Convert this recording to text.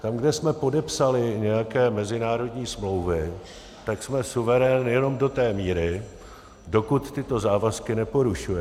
Tam, kde jsme podepsali nějaké mezinárodní smlouvy, tak jsme suverén jenom do té míry, dokud tyto závazky neporušujeme.